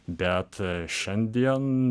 bet šiandien